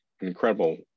incredible